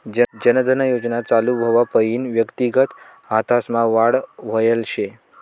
जन धन योजना चालू व्हवापईन व्यक्तिगत खातासमा वाढ व्हयल शे